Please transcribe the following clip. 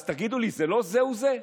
אז תגידו לי, זה לא "זהו זה"?